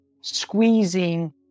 squeezing